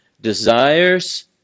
desires